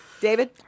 David